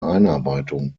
einarbeitung